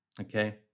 okay